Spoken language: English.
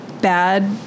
bad